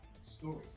story